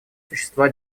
существа